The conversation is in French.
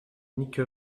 unique